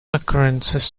occurrences